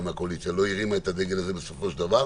מהקואליציה לא הרימה את הדגל הזה בסופו של דבר.